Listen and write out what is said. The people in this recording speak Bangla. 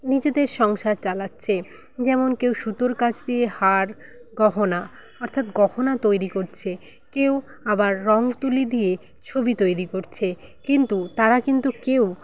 নিজেদের সংসার চালাচ্ছে যেমন কেউ সুতোর কাজ দিয়ে হার গহনা অর্থাৎ গহনা তৈরি করছে কেউ আবার রঙ তুলি দিয়ে ছবি তৈরি করছে কিন্তু তারা কিন্তু কেউ